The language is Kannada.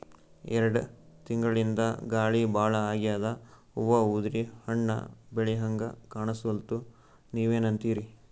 ಎರೆಡ್ ತಿಂಗಳಿಂದ ಗಾಳಿ ಭಾಳ ಆಗ್ಯಾದ, ಹೂವ ಉದ್ರಿ ಹಣ್ಣ ಬೆಳಿಹಂಗ ಕಾಣಸ್ವಲ್ತು, ನೀವೆನಂತಿರಿ?